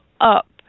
up